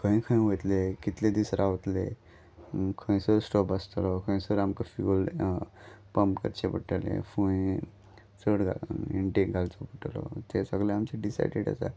खंय खंय वयतले कितले दीस रावतले खंयसर स्टॉप आसतलो खंयसर आमकां फ्युअल पंप करचें पडटलें खंय चड घालून इनटेक घालचो पडटलो तें सगळें आमचें डिसायडेड आसा